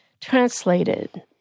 translated